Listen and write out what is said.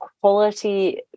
quality